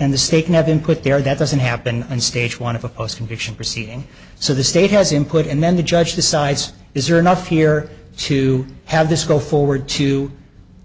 and the state can have input there that doesn't happen and stage one of a postcondition proceeding so the state has input and then the judge decides is there enough here to have this go forward to